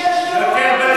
הגזענים.